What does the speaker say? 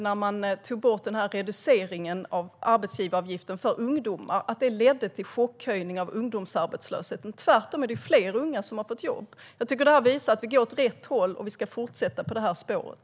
När man tog bort reduceringen av arbetsgivaravgiften för ungdomar ledde det inte till chockhöjningar av ungdomsarbetslösheten. Tvärtom är det fler unga som har fått jobb. Jag tycker att det visar att vi går åt rätt håll, och vi ska fortsätta på det spåret.